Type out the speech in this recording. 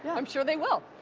i'm sure they will.